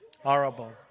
Horrible